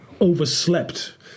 overslept